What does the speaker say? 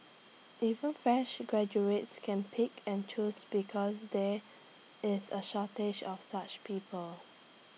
even fresh graduates can pick and choose because there is A shortage of such people